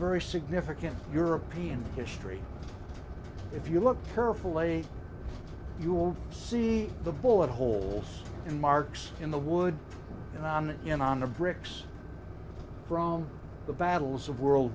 very significant european history if you look carefully you will see the bullet holes in marks in the wood and on and on the bricks from the battles of world